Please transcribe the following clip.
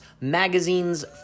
magazine's